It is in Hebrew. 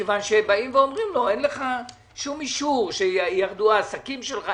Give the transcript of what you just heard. כי אומרים לו שאין לו שום אישור שירדו העסקים שלך.